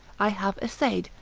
i have essayed,